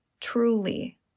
truly